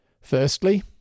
Firstly